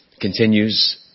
continues